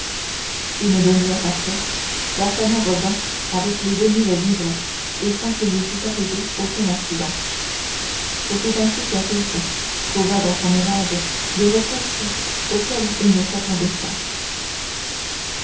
une demi-heure après d'artagnan revint avec les deux mille livres et sans qu'il lui fût arrivé aucun accident ce fut ainsi qu'athos trouva dans son ménage des ressources auxquelles il ne s'attendait pas